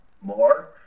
more